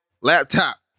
laptop